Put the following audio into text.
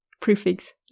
prefix